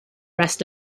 rest